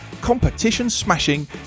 competition-smashing